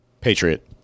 Patriot